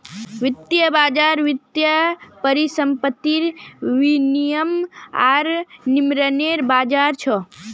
वित्तीय बज़ार वित्तीय परिसंपत्तिर विनियम आर निर्माणनेर बज़ार छ